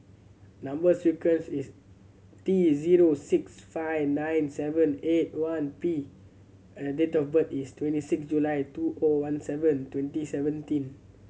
number sequence is T zero six five nine seven eight one P and date of birth is twenty six July two O one seven twenty seventeen